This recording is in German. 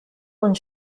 und